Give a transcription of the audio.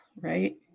Right